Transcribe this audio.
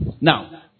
Now